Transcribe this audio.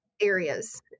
areas